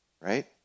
right